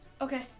Okay